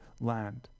land